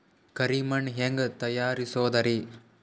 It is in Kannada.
ಕರಿ ಮಣ್ ಹೆಂಗ್ ತಯಾರಸೋದರಿ?